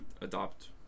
adopt